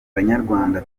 banyarwanda